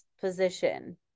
position